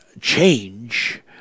change